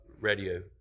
radio